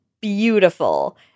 beautiful